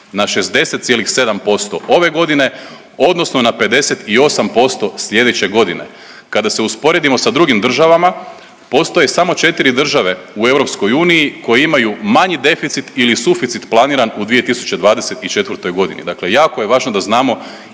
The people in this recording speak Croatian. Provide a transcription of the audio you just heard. na 60,7% ove godine odnosno na 58% sljedeće godine. Kada se usporedimo sa drugim državama postoje samo četiri države u EU koje imaju manji deficit ili suficit planiran u 2024.g., dakle jako je važno da znamo